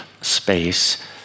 space